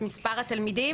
את מספר התלמידים.